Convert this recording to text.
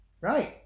Right